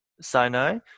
Sinai